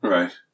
Right